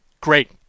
great